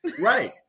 Right